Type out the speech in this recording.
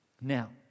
Now